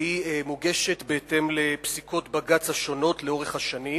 והיא מוגשת בהתאם לפסיקות בג"ץ השונות לאורך השנים.